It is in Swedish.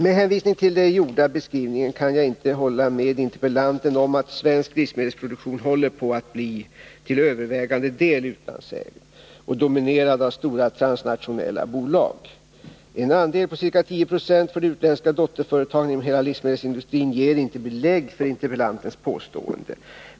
Med hänvisning till den gjorda beskrivningen kan jag inte hålla med interpellanten om att svensk livsmedelsproduktion håller på att bli till övervägande del utlandsägd och dominerad av stora transnationella bolag. En andel på ca 10 96 för de utländska dotterföretagen inom hela livsmedelsindustrin ger inte belägg för interpellantens påstående.